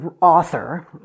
author